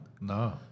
No